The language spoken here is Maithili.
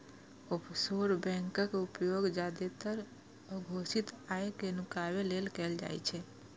ऑफसोर बैंकक उपयोग जादेतर अघोषित आय कें नुकाबै लेल कैल जाइ छै